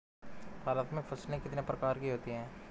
भारत में फसलें कितने प्रकार की होती हैं?